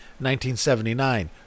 1979